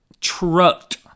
Trucked